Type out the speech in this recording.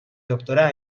doctorà